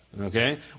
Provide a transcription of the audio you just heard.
Okay